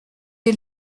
est